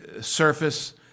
surface